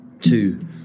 two